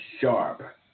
sharp